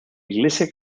iglesia